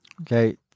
Okay